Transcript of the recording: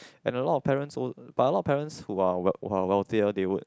and a lot of parents but a lot of parents who are wealthier they would